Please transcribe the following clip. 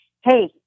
hey